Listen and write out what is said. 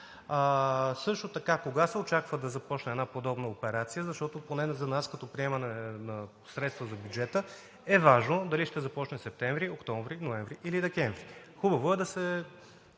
Също така, кога се очаква да започне една подобна операция, защото поне за нас като приемане на средства за бюджета е важно дали ще започне септември, октомври, ноември или декември? Хубаво е да се